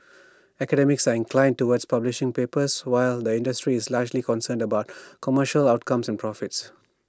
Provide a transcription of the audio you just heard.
academics sign inclined towards publishing papers while the industry is largely concerned about commercial outcomes and profits